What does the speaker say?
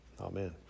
Amen